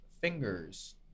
fingers